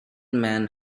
mann